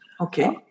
okay